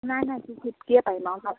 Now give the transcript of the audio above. নাই নাই সেইখিনিয়ে পাৰিম আৰু হয়